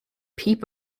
peep